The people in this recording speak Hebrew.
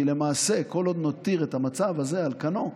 כי למעשה כל עוד נותיר את המצב הזה על כנו,